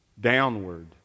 downward